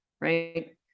right